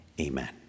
Amen